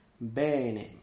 bene